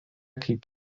kaip